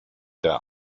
der